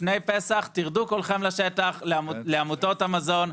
לפני פסח תרדו כולכם לשטח לעמותות המזון.